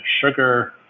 sugar